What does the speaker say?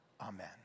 Amen